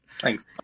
Thanks